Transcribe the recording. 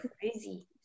Crazy